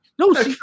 No